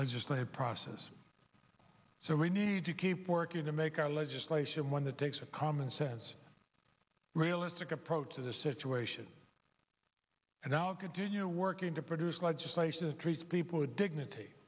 legislative process so we need to keep working to make our legislation one that takes a common sense realistic approach to the situation and now continue working to produce legislation to treat people with dignity